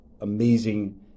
amazing